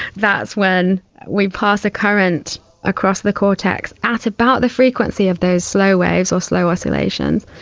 that's when we pass a current across the cortex at about the frequency of those slow waves or slow oscillations,